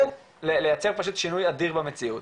לייצר פשוט שינוי אדיר במציאות.